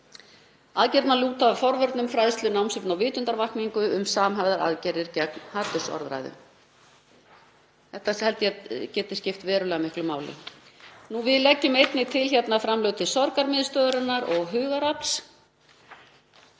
Aðgerðirnar lúta að forvörnum, fræðslu, námsefni og vitundarvakningu um samhæfðar aðgerðir gegn hatursorðræðu. Þetta held ég að geti skipt verulega miklu máli. Við leggjum einnig til framlög til Sorgarmiðstöðvarinnar og Hugarafls.